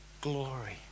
glory